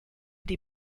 die